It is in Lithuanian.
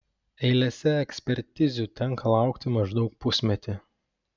eilėse ekspertizių tenka laukti maždaug pusmetį